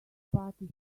party